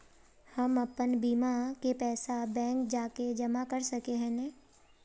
हम अपन बीमा के पैसा बैंक जाके जमा कर सके है नय?